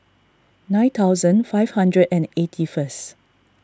nine thousand five hundred and eighty first